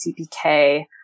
CPK